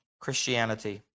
Christianity